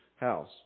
house